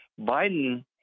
Biden